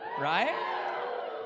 right